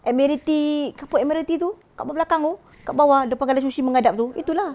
admiralty kampung admiralty itu kampung belakang tu kat bawah depan colour sushi menghadap tu itu lah